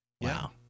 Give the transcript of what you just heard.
Wow